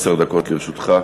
עשר דקות לרשותך.